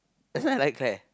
that's why you like Claire